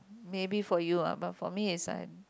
maybe for you ah but for me is I